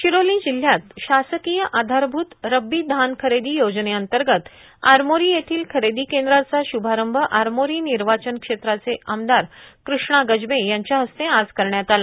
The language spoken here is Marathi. गडचिरोली जिल्ह्यात शासकीय आधारभूत रब्बी धान खरेदी योजर्नेतर्गत आरमोरी येथील खरेदी केंद्राचा शुभारंभ आरमोरी निर्वाचन क्षेत्राचे आमदार क्रिष्णा गजबे यांच्या हस्ते आज करण्यात आला